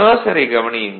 கர்சரைக் கவனியுங்கள்